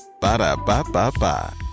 Ba-da-ba-ba-ba